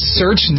search